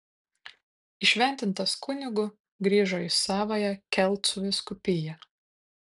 įšventintas kunigu grįžo į savąją kelcų vyskupiją